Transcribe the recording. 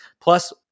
Plus